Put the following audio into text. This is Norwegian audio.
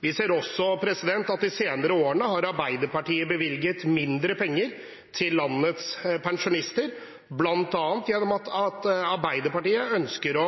Vi ser også at de senere årene har Arbeiderpartiet bevilget mindre penger til landets pensjonister, bl.a. ved at Arbeiderpartiet ønsker å